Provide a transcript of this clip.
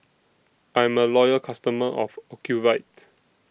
I'm A Loyal customer of Ocuvite